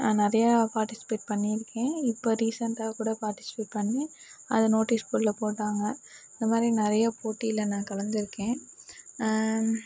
நிறையா பார்ட்டிசிபேட் பண்ணிருக்கேன் இப்போ ரீசன்ட்டாக கூட பார்ட்டிசிபேட் பண்ணி அதை நோட்டீஸ் போர்டில் போட்டாங்க அந்தமாதிரி நிறைய போட்டியில் நான் கலந்துருக்கேன்